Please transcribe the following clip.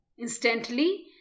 Instantly